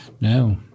No